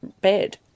bed